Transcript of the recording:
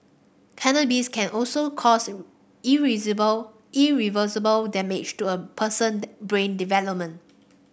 cannabis can also cause irreversible damage to a person brain development